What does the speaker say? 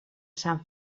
sant